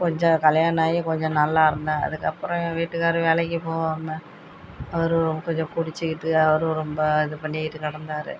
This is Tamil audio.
கொஞ்சம் கல்யாணம் ஆகி கொஞ்சம் நல்லா இருந்தேன் அதுக்கப்புறம் என் வீட்டுக்காரரு வேலைக்கு போகாம அவரும் ரொம்பக்கு குடிச்சுக்கிட்டு அவரும் ரொம்ப அது பண்ணிக்கிட்டு கிடந்தாரு